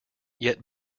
yet